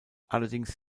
allerdings